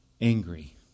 angry